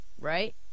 right